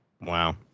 Wow